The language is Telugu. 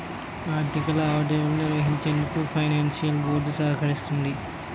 ఆర్థిక లావాదేవీలు నిర్వహించేందుకు ఫైనాన్షియల్ బోర్డ్ సహకరిస్తుంది